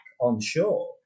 onshore